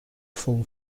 full